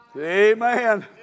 Amen